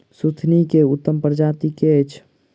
सुथनी केँ उत्तम प्रजाति केँ अछि?